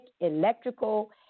electrical